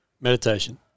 Meditation